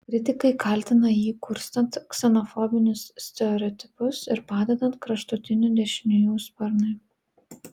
kritikai kaltina jį kurstant ksenofobinius stereotipus ir padedant kraštutinių dešiniųjų sparnui